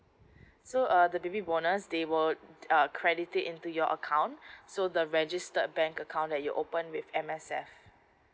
so uh the baby bonus they were credited into your account so the registered bank account that you open with M_S_F